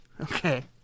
Okay